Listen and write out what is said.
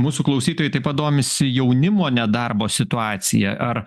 mūsų klausytojai taip pat domisi jaunimo nedarbo situacija ar